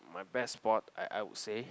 my best sport I I would say